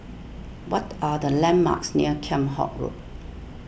what are the landmarks near Kheam Hock Road